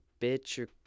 bitch